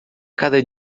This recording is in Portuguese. cada